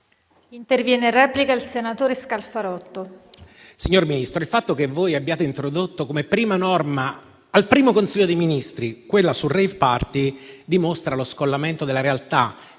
intervenire in replica il senatore Scalfarotto,